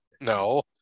no